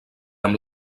amb